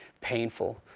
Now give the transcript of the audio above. painful